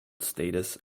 status